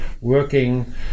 working